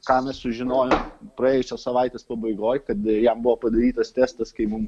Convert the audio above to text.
ką mes sužinojom praėjusios savaitės pabaigoj kad jam buvo padarytas testas kai mum